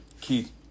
Keith